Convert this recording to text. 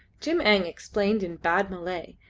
jim-eng explained in bad malay,